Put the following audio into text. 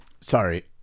sorry